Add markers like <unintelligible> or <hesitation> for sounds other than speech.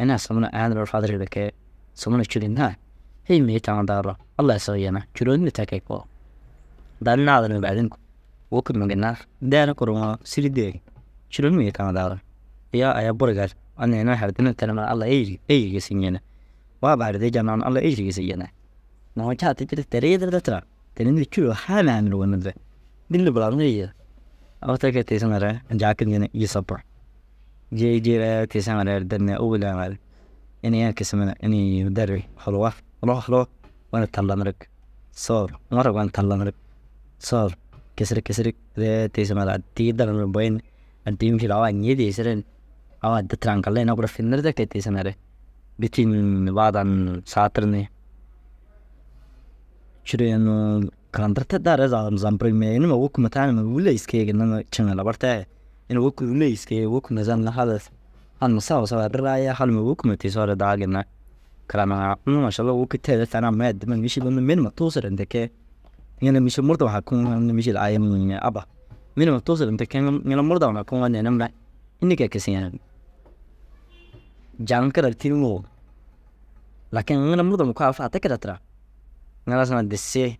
Ini ai sob na aya nuruu ru fadirigire kee sob na cûro naa. « hêyi mii taŋa daguruu Allai souyena cûron ni te kee koo. Tani naadir ni baadin wôki numa ginnar deere kuruuŋoo sîri dêe cûron mii taŋuu daguruu ». Iyoo aya buru gali unnu ina hardinum tenima Allai êyir êyir gisi ñene. Babaa hardii jema Alla êyir gisi jene nuŋu caatirtir du teere yidirde tira. Teere unnu cûro haama haama ru gonirde. Dîlli bura nirii yii au te kee tigisiŋare njaakindi ni yusopu jii jiiree tiisiŋare êrdir ni ôwolu ŋa ru ini ai kisimire inii der huluwa holowa holowa gonir talanirig. Soor humara gonir talanirig, soor kisirig kisirig ree tigisiŋare addii dina nuruu boyi ni addii mîšil au añii digisire ni au addi tira aŋkalle ina gura finirde kee tiisiŋare <unintelligible> saa tir ni cûro ai unnu kandirtirdaare zau zampur mire ini ma wôki ma taanima wûli ye gîskei ye ginna nuu ciŋa labar tayi re. Ini wôki wûli ye gîskei ye wôki nazam mire haris halma sowa sowa ru riraa ye halma wôki ma tiisoore daa ginna karaniŋaa. Unnu mašalau wôki teere tani amii addima mîšil unnu mi numa tuusure nda kee ŋila mîšil murdom hakinoo na unnu mîšil ai mi num ni abba mi numa tuusire nda kee <hesitation> ŋila murdom ru hakiŋoo na inuu mire înni kee kisi yeniŋ? Jan kira ru tîniŋou lakin ŋila murdom koo au faatikire tira. Ŋila sunaa disii,